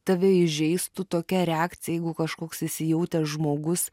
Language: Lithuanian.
tave įžeistų tokia reakcija jeigu kažkoks įsijautęs žmogus